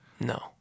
No